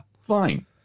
fine